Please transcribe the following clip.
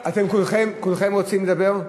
אתם כולכם רוצים לדבר?